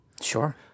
Sure